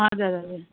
हजुर हजुर